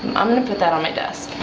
i'm gonna put that on my desk